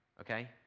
Okay